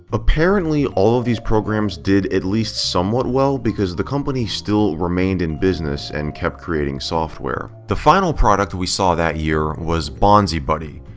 apparently, all of these programs did at least somewhat well because the company still remained in business and kept creating software. the final product we saw that year was bonzibuddy,